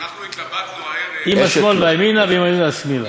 אם השמאל ואימינה, ואם הימין ואשמאילה.